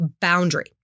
boundary